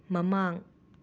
ꯃꯃꯥꯡ